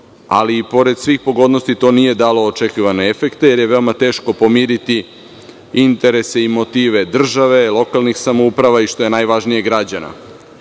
ali i pored svih pogodnosti, to nije dalo očekivane efekte, jer je veoma teško pomiriti interese i motive države, lokalnih samouprava i, što je najvažnije, građana.